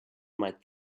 might